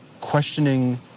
questioning